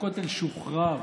שהכותל שוחרר